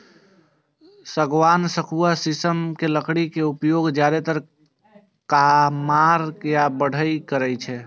सागवान, सखुआ, शीशम के लकड़ी के उपयोग जादेतर कमार या बढ़इ करै छै